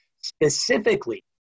Specifically